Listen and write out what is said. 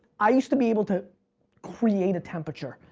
i used to be able to create a temperature,